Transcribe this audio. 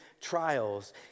trials